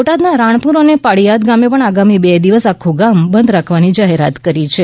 બોટાદના રાણપુર અને પાળીયાદ ગામે પણ આગામી બે દિવસ આખું ગામ બંધ રાખવાની જાહેરાત કરી છે